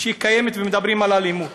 שקיימת, ומדברים על אלימות: